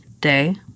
day